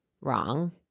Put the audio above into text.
wrong